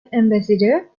ambassador